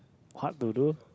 what to do